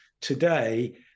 today